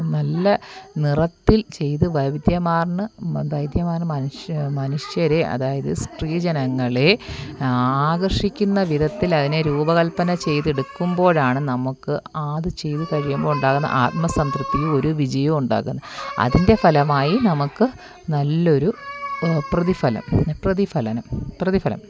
നല്ല നിറത്തിൽ ചെയ്ത് വൈവിധ്യമാർന്ന വൈവിധ്യമാർന്ന മനുഷ്യ മനുഷ്യരെ അതായത് സ്ത്രീ ജനങ്ങളെ ആകർഷിക്കുന്ന വിധത്തിലതിനെ രൂപകൽപ്പന ചെയ്തെടുക്കുമ്പോഴാണ് നമുക്ക് ആത് ചെയ്ത് കഴിയുമ്പോൾ ഉണ്ടാകുന്ന ആത്മ സംതൃപ്തിയും ഒരു വിജയോം ഉണ്ടാകുന്ന അതിൻ്റെ ഫലമായി നമുക്ക് നല്ലൊരു പ്രതിഫലം പ്രതിഫലനം പ്രതിഫലം